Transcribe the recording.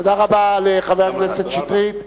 תודה רבה לחבר הכנסת שטרית.